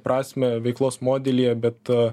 prasmę veiklos modelyje bet